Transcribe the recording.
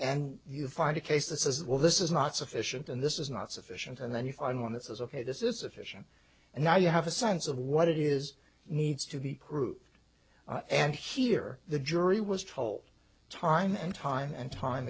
and you find a case that says well this is not sufficient and this is not sufficient and then you find one that says ok this is sufficient and now you have a sense of what it is needs to be proved and here the jury was told time and time and time